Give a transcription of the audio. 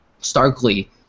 starkly